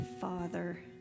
Father